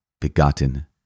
begotten